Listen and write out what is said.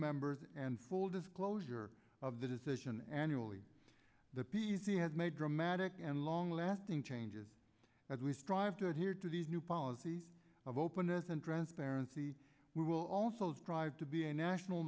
members and full disclosure of the decision annually the p c has made dramatic and long lasting changes as we strive to adhere to the new policy of openness and transparency we will also strive to be a national